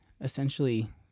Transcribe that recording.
Essentially